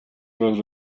were